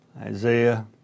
Isaiah